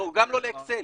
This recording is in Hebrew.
גם לא לאקסל.